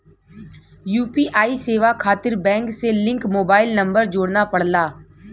UPI सेवा खातिर bank से लिंक मोबाइल नंबर जोड़ना पड़ला